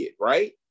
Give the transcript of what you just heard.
right